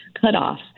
cutoff